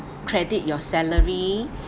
credit your salary